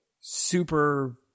super